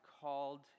called